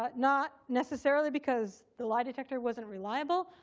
ah not necessarily because the lie detector wasn't reliable,